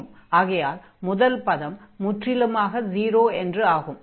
ஆகையால் முதல் பதம் முற்றிலுமாக 0 என்று ஆகும்